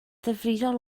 ddifrifol